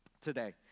today